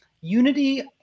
unity